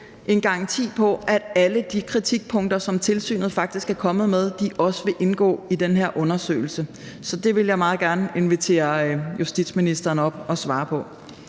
en garanti for, at alle de kritikpunkter, som tilsynet faktisk er kommet med, også vil indgå i den her undersøgelse. Så det vil jeg meget gerne invitere justitsministeren op at svare på.